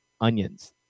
onions